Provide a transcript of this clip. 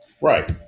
Right